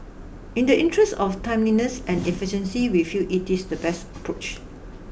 in the interest of timeliness and efficiency we feel it is the best approach